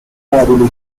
moduli